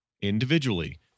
individually